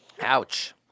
Ouch